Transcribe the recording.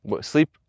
sleep